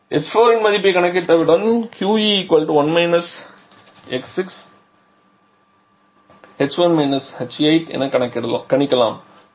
h4 இன் மதிப்பை கணக்கிட்டவுடன் எளிதாக qE1 x6h1 h8 என கணிக்கலாம்